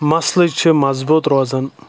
muscles چھِ مضبوٗط روزَان